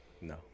No